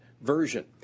version